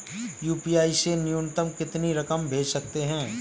UPI से न्यूनतम कितनी रकम भेज सकते हैं?